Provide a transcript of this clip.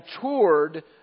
toured